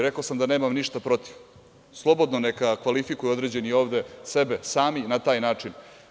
Rekao sam da nemam ništa protiv, slobodno neka kvalifikuju određeni ovde sebe sami na taj način.